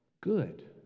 Good